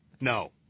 No